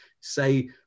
say